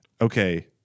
okay